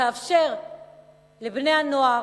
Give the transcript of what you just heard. תאפשר לבני-הנוער,